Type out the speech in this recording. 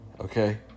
okay